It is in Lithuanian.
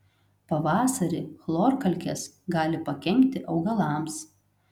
pavasarį chlorkalkės gali pakenkti augalams